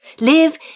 Live